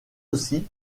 aussi